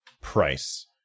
price